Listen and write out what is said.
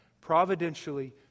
providentially